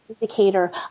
indicator